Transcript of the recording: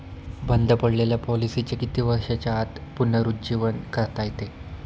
बंद पडलेल्या पॉलिसीचे किती वर्षांच्या आत पुनरुज्जीवन करता येते?